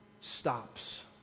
stops